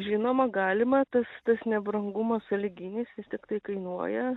žinoma galima tas tas ne brangumas sąlyginis jis tiktai kainuoja